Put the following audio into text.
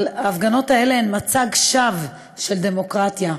אבל ההפגנות האלה הן מצג שווא של דמוקרטיה,